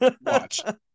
Watch